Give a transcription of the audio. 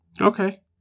Okay